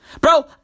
Bro